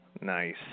Nice